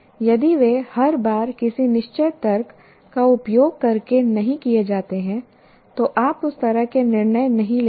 यदि वे हर बार किसी निश्चित तर्क का उपयोग करके नहीं किए जाते हैं तो आप उस तरह के निर्णय नहीं लेते हैं